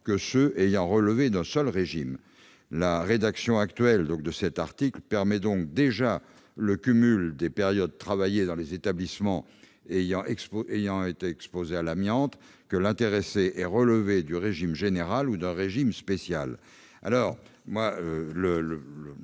que ceux qui avaient relevé d'un seul régime. La rédaction actuelle de cet article permet donc déjà le cumul des périodes travaillées dans les établissements où le salarié a été exposé à l'amiante, que l'intéressé soit affilié au régime général ou à un régime spécial.